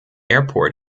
airport